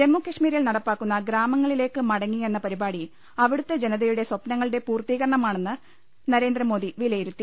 ജമ്മകശ്മീരിൽ നടപ്പാക്കുന്ന ഗ്രാമങ്ങളിലേക്ക് മടങ്ങി എന്ന പരിപാടി അവിടുത്തെ ജനത്യുടെ സ്ഥപ്നങ്ങളുടെ പൂർത്തീകരണമാണെന്ന് നരേ ന്ദ്രമോദി വിലയിരുത്തി